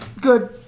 Good